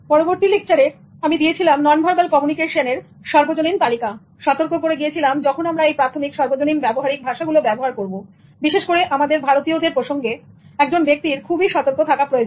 পরবর্তী লেকচারের আমি দিয়েছিলাম ননভার্বাল কমিউনিকেশনরসর্বজনীন তালিকাসতর্ক করে গিয়েছিলাম যখন আমরা এই প্রাথমিক সর্বজনীন ব্যবহারিক ভাষাগুলো ব্যবহার করব বিশেষ করে আমাদের ভারতীয়দের প্রসঙ্গে একজন ব্যক্তির খুবই সতর্ক থাকা প্রয়োজন